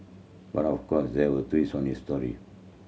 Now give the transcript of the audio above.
but of course there a twist on this story